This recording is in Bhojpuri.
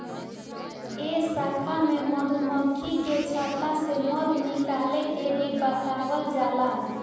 ए शाखा में मधुमक्खी के छता से मध निकाले के भी बतावल जाला